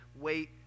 wait